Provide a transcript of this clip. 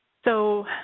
so,